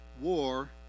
war